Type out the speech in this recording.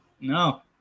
No